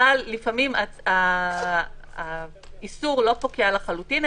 אבל לפעמים האיסור לא פוקע לחלוטין,